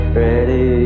ready